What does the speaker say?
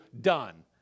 done